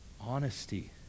Honesty